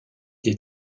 des